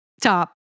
top